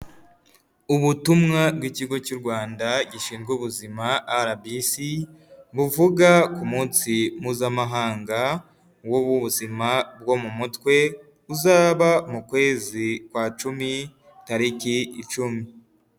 Ubutumwa bw'ikigo cy'u Rwanda gishinzwe ubuzima RBC, buvuga ku munsi mpuzamahanga w'ubuzima bwo mu mutwe uzaba mu kwezi kwa cumi tariki icumi.